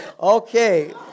Okay